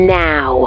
now